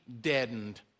deadened